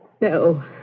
no